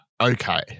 okay